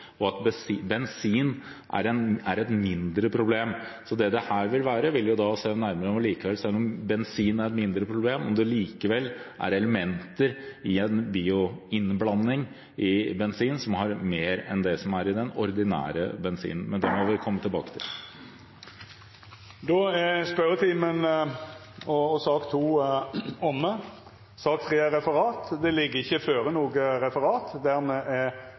og at bensin er et mindre problem. Så her vil det være å se nærmere på – selv om bensin er et mindre problem – om det likevel er elementer i en bioinnblanding i bensin som er mer enn det som er i den ordinære bensinen. Det får vi komme tilbake til. Spørsmål 21 er allereie svara på. Sak nr. 2 er dermed omme. Det ligg ikkje føre noko referat. Dermed er dagens kart ferdigbehandla. Ber nokon om ordet før møtet vert heva? Møtet er